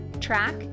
Track